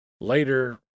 later